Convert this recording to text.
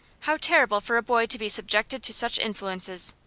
how terrible for a boy to be subjected to such influences.